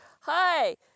Hi